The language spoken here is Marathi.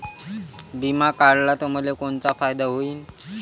बिमा काढला त मले कोनचा फायदा होईन?